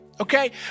Okay